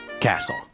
Castle